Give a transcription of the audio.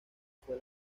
fue